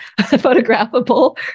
photographable